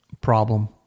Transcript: problem